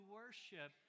worship